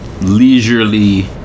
leisurely